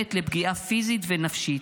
גורמת לפגיעה פיזית ונפשית.